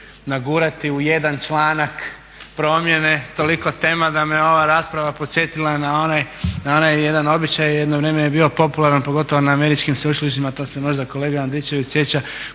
nagurati u jedan članak promjene toliko tema da me ova rasprava podsjetila na onaj jedan običaj, jedno vrijeme je bio popularan pogotovo na američkim sveučilištima, to se možda kolega Andričević sjeća